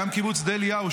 גם קיבוץ שדה אליהו,